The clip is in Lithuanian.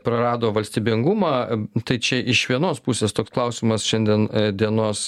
prarado valstybingumą tai čia iš vienos pusės toks klausimas šiandien dienos